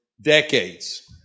decades